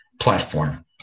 platform